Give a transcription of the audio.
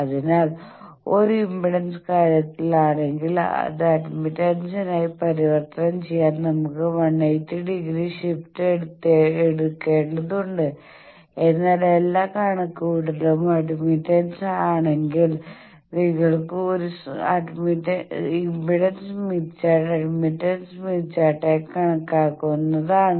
അതിനാൽ ഒരു ഇംപെഡൻസ് കാര്യത്തിലാണെങ്കിൽ അത് അഡ്മിറ്റൻസായി പരിവർത്തനം ചെയ്യാൻ നമുക്ക് 180 ഡിഗ്രി ഷിഫ്റ്റ് എടുക്കേണ്ടതുണ്ട് എന്നാൽ എല്ലാ കണക്കുകൂട്ടലുകളും അഡ്മിറ്റൻസ് ആണെങ്കിൽ നിങ്ങൾക്ക് ഒരു impedance Smith chart admittance Smith ചാർട്ടായി കണക്കാക്കാവുന്നതാണ്